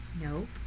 Nope